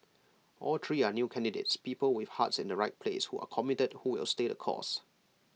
all three are new candidates people with hearts in the right place who are committed who will stay the course